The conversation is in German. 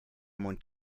mund